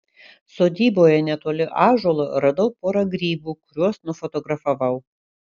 sodyboje netoli ąžuolo radau porą grybų kuriuos nufotografavau